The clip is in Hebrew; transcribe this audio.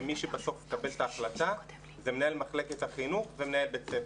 שמי שמקבל את ההחלטה הוא מנהל מחלקת החינוך ומנהל בית הספר.